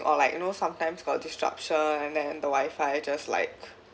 or like you know sometimes got disruption and then the wifi just like